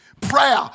Prayer